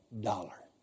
dollar